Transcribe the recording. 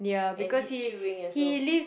and he's chewing as well